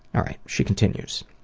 alright, she continues,